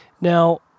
now